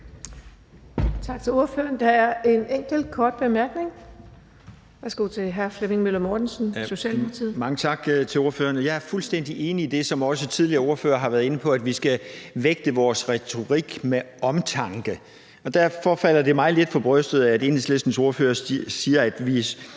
Jeg er fuldstændig enig i det, som også tidligere ordførere har været inde på, om, at vi med omtanke skal vægte vores retorik. Derfor falder det mig lidt for brystet, at Enhedslistens ordfører siger, at vi som land vil gå ud at